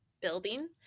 building